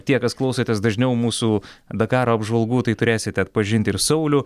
tie kas klausotės dažniau mūsų dakaro apžvalgų tai turėsite atpažint ir saulių